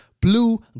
Blue